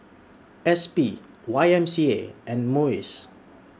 S P Y M C A and Muis